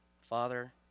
father